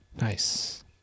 Nice